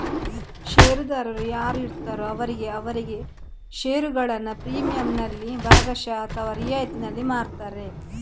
ಷೇರುದಾರರು ಯಾರು ಇರ್ತಾರೋ ಅವರಿಗೆ ಅವರಿಗೆ ಷೇರುಗಳನ್ನ ಪ್ರೀಮಿಯಂನಲ್ಲಿ ಭಾಗಶಃ ಅಥವಾ ರಿಯಾಯಿತಿನಲ್ಲಿ ಮಾರ್ತಾರೆ